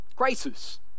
crisis